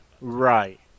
right